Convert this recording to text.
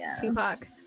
Tupac